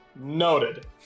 Noted